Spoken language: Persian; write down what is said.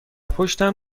پشتم